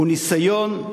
זה ניסיון,